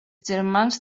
germans